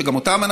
שגם הם,